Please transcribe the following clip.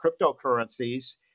cryptocurrencies